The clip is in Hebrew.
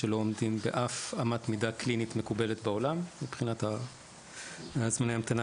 שלא עומדים באף אמת מידה קלינית מקובלת בעולם מבחינת זמני ההמתנה,